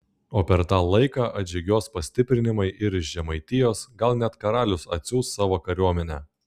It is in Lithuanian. o per tą laiką atžygiuos pastiprinimai ir iš žemaitijos gal net karalius atsiųs savo kariuomenę